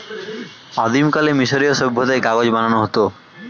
আদিমকালে মিশরীয় সভ্যতায় কাগজ বানানো হতো